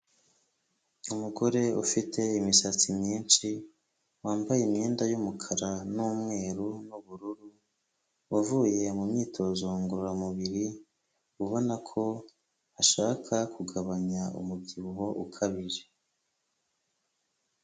Umugore ufite imisatsi myinshi wambaye imyenda y'umukara n'umweru n'ubururu, wavuye mu myitozo ngororamubiri ubona ko ashaka kugabanya umubyibuho ukabije.